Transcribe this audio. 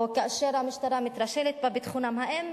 או כאשר המשטרה מתרשלת בביטחונה, האם